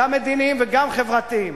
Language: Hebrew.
גם מדיניים וגם חברתיים.